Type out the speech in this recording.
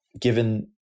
given